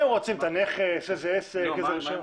הם רוצים את הנכס, איזה עסק וכולי.